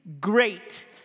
Great